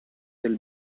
del